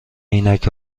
عینک